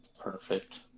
Perfect